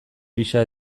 pisa